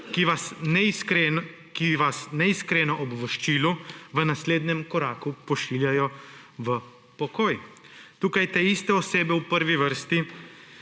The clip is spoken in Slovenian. ki vas neiskreno ob voščilu v naslednjem koraku pošiljajo v pokoj. Tukaj te iste osebe v prvi vrsti